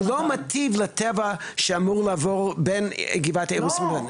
הוא מיטיב לטבע שאמור לעבור בין גבעת האירוסים.